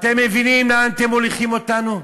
אתם מבינים לאן אתם מוליכים אותנו?